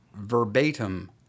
verbatim